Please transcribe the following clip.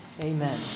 amen